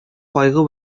кайгы